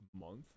month